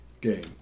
game